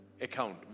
account